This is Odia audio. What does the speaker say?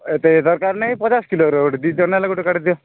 ଏତେ ଦରକାର ନାଇଁ ପଚାଶ୍ କିଲୋର ଗୋଟେ ଦୁଇଶହ ନ ହେଲେ କାଢ଼ିଦିଅ